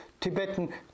Tibetan